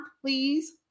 please